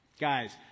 Guys